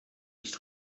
nicht